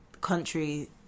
country